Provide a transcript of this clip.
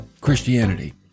Christianity